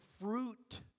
fruit